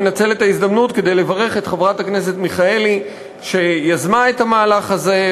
מנצל את ההזדמנות כדי לברך את חברת הכנסת מיכאלי שיזמה את המהלך הזה,